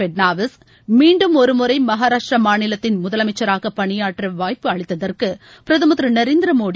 பட்னாவிஸ் மீண்டும் ஒருமுறை மகாராஷ்டிரா மாநிலத்தின் முதலமைச்சராக பணியாற்ற வாய்ப்பு அளித்ததற்கு பிரதமா் திரு நரேந்திரமோடி